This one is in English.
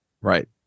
Right